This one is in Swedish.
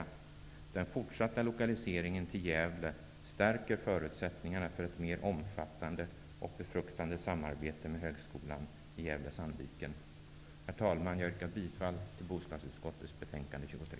Den fortsatta lokaliseringen till Gävle stärker förutsättningarna för ett mer omfattande och befruktande samarbete med högskolan i Herr talman! Jag yrkar bifall till utskottets hemställan i bostadsutskottets betänkande 23.